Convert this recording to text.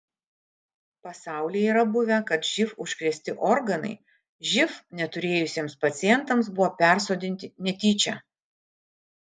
pasaulyje yra buvę kad živ užkrėsti organai živ neturėjusiems pacientams buvo persodinti netyčia